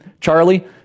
Charlie